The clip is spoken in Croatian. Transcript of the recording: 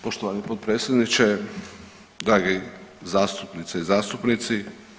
Poštovani potpredsjedniče, dragi zastupnice i zastupnici.